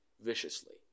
viciously